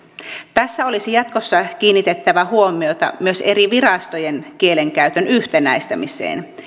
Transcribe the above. tässä olisi jatkossa kiinnitettävä huomiota myös eri virastojen kielenkäytön yhtenäistämiseen